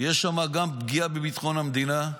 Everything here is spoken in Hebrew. יש שם גם פגיעה בביטחון המדינה,